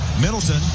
Middleton